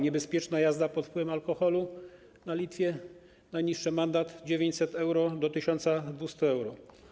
Niebezpieczna jazda pod wpływem alkoholu na Litwie - najniższy mandat: 900 euro, najwyższy 1200 euro.